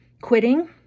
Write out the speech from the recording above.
quitting